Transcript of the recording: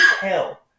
hell